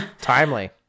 Timely